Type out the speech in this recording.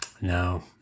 No